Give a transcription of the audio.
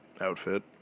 outfit